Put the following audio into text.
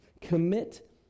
commit